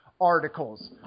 articles